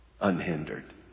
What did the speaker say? Unhindered